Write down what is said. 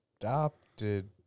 adopted